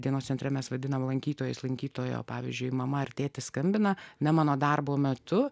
dienos centre mes vadiname lankytojais lankytojo pavyzdžiui mama ar tėtis skambina ne mano darbo metu